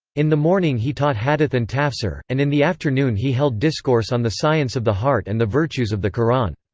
in the morning he taught hadith and tafsir, and in the afternoon he held discourse on the science of the heart and the virtues of the quran.